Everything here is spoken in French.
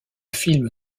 film